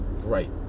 Great